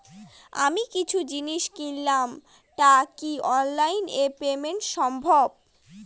আমি কিছু জিনিস কিনলাম টা কি অনলাইন এ পেমেন্ট সম্বভ?